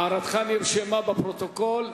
הערתך נרשמה בפרוטוקול,